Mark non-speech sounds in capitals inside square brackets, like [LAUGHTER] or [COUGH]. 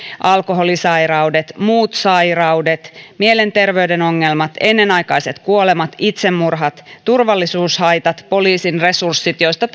alkoholisairaudet muut sairaudet mielenterveyden ongelmat ennenaikaiset kuolemat itsemurhat turvallisuushaitat poliisin resurssit joista [UNINTELLIGIBLE]